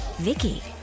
vicky